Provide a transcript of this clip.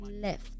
left